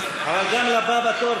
אבל גם לבא בתור,